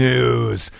News